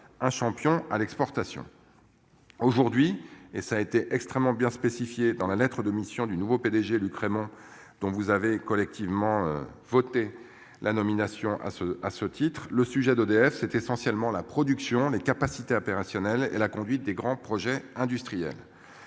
Un champion à l'exportation. Aujourd'hui et ça a été extrêmement bien spécifié dans la lettre de mission du nouveau PDG Luc Rémont dont vous avez collectivement voté la nomination à ce à ce titre le sujet d'EDF. C'est essentiellement la production les capacités opérationnelles et la conduite des grands projets industriels.